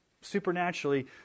supernaturally